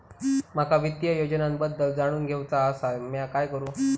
माका वित्तीय योजनांबद्दल जाणून घेवचा आसा, म्या काय करू?